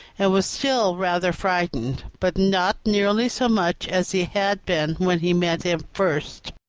and was still rather frightened, but not nearly so much as he had been when he met him first.